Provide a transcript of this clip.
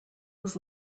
was